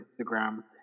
instagram